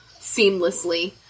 seamlessly